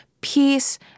peace